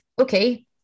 okay